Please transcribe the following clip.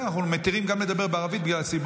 כאילו אנשים שבאופוזיציה, אסור להם